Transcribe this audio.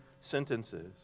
sentences